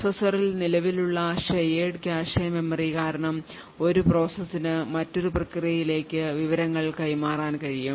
പ്രോസസ്സറിൽ നിലവിലുള്ള shared cache memory കാരണം ഒരു പ്രോസസിന് മറ്റൊരു പ്രക്രിയയിലേക്ക് വിവരങ്ങൾ കൈമാറാൻ കഴിയും